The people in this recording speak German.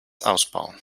ausbauen